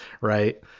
right